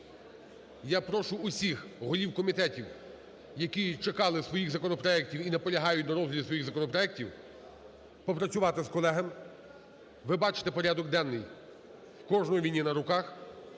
Я прошу усіх голів комітетів, які чекали своїх законопроектів і наполягають на розгляді своїх законопроектів, попрацювати з колегами. Ви бачите порядок денний, в кожного він є на руках,